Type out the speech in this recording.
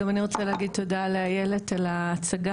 גם אני רוצה להגיד תודה לאיילת על ההצגה.